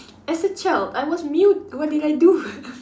as a child I was mute what did I do